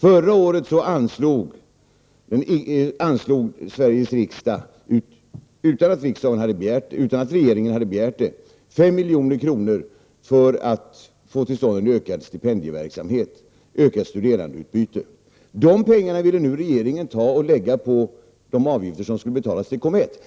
Förra året anslog Sveriges riksdag, utan att regeringen hade begärt det, 5 milj.kr. för att få till stånd en ökad stipendieverksamhet och ökat studerandeutbyte. De pengarna ville regeringen nu ta och lägga på de avgifter som skulle betalas till COMETT.